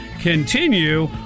continue